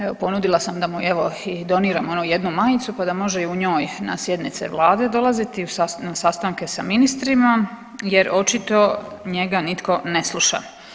Evo ponudila sam mu evo i doniram onu jednu majicu pa da može i u njoj na sjednice Vlade dolaziti, na sastanke sa ministrima jer očito njega nitko ne sluša.